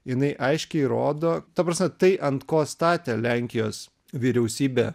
jinai aiškiai rodo ta prasme tai ant ko statė lenkijos vyriausybė